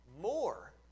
more